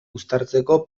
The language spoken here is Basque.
uztartzeko